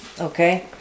Okay